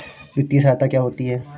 वित्तीय सहायता क्या होती है?